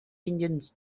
engines